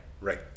Right